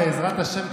בעזרת השם,